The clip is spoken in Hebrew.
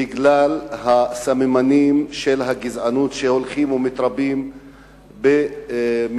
בגלל הסממנים של הגזענות שהולכים ומתרבים במדינת